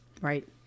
right